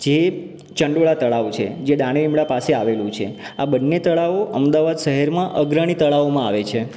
જે ચંડોળા તળાવ છે જે દાણીલીમડા પાસે આવેલું છે આ બંને તળાવો અમદાવાદ શહેરમાં અગ્રણી તળાવોમાં આવે છે